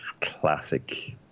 classic